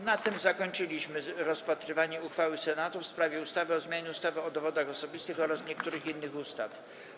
Na tym zakończyliśmy rozpatrywanie uchwały Senatu w sprawie ustawy o zmianie ustawy o dowodach osobistych oraz niektórych innych ustaw.